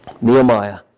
Nehemiah